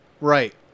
Right